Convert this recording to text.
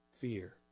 fear